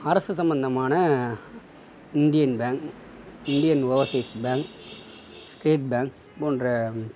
அரசு சம்பந்தமான Indian Bank Indian Overseas Bank State Bank போன்ற